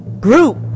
group